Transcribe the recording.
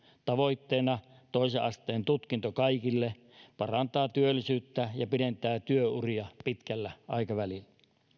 tavoitteena toisen asteen tutkinto kaikille parantaa työllisyyttä ja pidentää työuria pitkällä aikavälillä